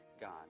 God